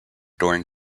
during